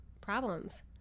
problems